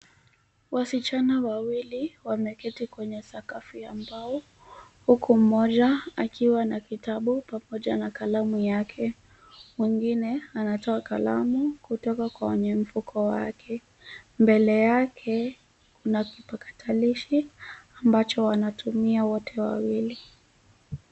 Wasichana wawili wameketi kwenye sakafu ya mbao, huku mmoja akiwa na kitabu pamoja na kalamu yake. Mwingine anatoa kalamu kutoka kwenye mfuko wake. Mbele yake, kuna kipakatalishi ambacho wanatumia wote wawili.